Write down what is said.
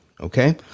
okay